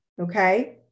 okay